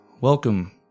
Welcome